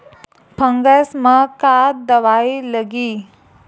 Fungus म का दवाई लगी?